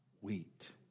wheat